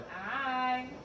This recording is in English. Hi